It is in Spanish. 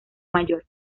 mayor